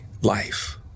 life